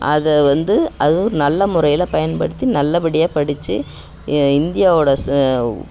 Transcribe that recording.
அதை வந்து அதுவும் நல்ல முறையில் பயன்படுத்தி நல்லபடியாக படித்து இந்தியாவோடய ஸ்